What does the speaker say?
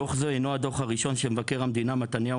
דוח זה אינו הדוח הראשון שמבקר המדינה מתניהו